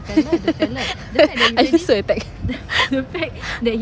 I feel so attacked